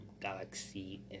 Galaxy